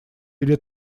или